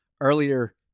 earlier